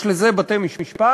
לזה יש בתי-משפט,